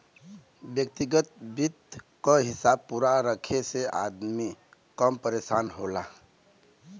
व्यग्तिगत वित्त क हिसाब पूरा रखे से अदमी कम परेसान होला